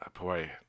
boy